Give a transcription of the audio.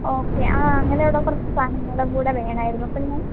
okay ആ അങ്ങനെയുള്ള കുറച്ച് സാധനങ്ങളുംകൂടെ വേണമായിരുന്നു അപ്പം ഞാൻ